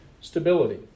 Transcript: stability